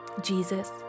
Jesus